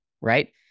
right